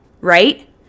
Right